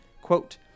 quote